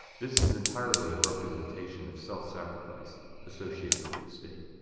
this is entirely a representation of self sacrifice associated with the state.